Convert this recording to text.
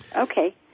Okay